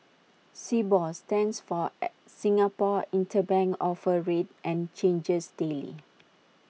Sibor stands for Singapore interbank offer rate and changes daily